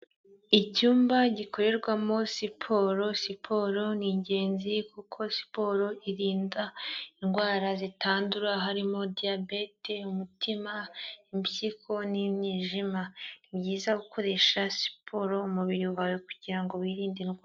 Icyumba gikorerwamo siporo, siporo ni ingenzi kuko siporo irinda indwara zitandura, harimo diyabete, umutima, impyiko n'imyijima. Ni byiza gukoresha siporo umubiri wawe kugira ngo wirinde indwa...